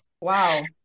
wow